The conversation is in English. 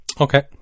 Okay